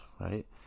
right